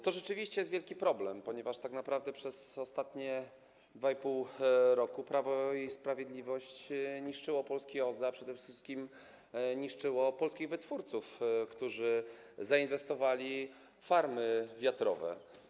To rzeczywiście jest wielki problem, ponieważ tak naprawdę przez ostatnie 2,5 roku Prawo i Sprawiedliwość niszczyło polskie OZE, a przede wszystkim niszczyło polskich wytwórców, którzy zainwestowali w farmy wiatrowe.